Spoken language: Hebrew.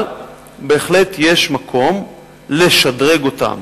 אבל בהחלט יש מקום לשדרג אותם